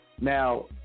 Now